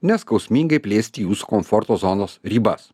neskausmingai plėsti jūsų komforto zonos ribas